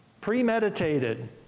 premeditated